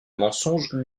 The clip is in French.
mensonges